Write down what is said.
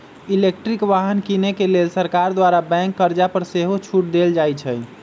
electric वाहन किने के लेल सरकार द्वारा बैंक कर्जा पर सेहो छूट देल जाइ छइ